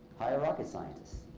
hire rocket scientists.